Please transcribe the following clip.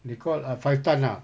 they call err five tonne lah